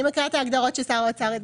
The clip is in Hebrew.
אני מקריאה את ההגדרות של שר האוצר הגדיר.